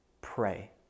pray